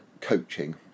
coaching